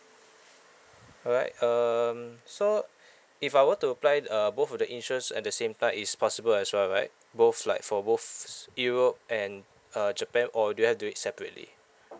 alright um so if I were to apply uh both of the insurance at the same time is possible as well right both like for both europe and uh japan or do I have to do it separately